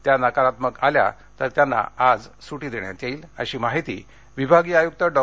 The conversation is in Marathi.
त्या नकारात्मक आल्या तर त्यांना आज डिस्चार्ज दिला जाईल अशी माहिती विभागीय आयुक्त डॉ